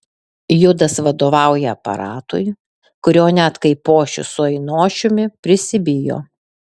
judas vadovauja aparatui kurio net kaipošius su ainošiumi prisibijo